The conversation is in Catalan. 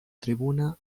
tribuna